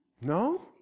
No